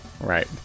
Right